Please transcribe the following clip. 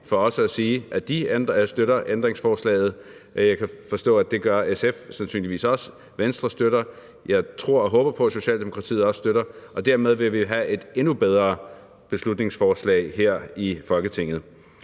for også at sige, at de støtter ændringsforslaget, og jeg kan forstå, at det gør SF sandsynligvis også. Venstre støtter det, og jeg tror og håber på, at Socialdemokratiet også støtter det. Og dermed vil vi have et endnu bedre beslutningsforslag her i Folketinget.